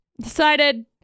decided